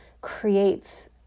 creates